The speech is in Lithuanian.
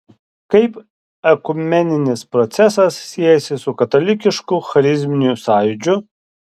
kaip ekumeninis procesas siejasi su katalikišku charizminiu sąjūdžiu